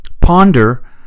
ponder